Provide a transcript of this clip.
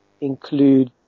include